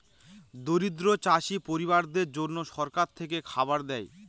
দরিদ্র চাষী পরিবারদের জন্যে সরকার থেকে খাবার দেয়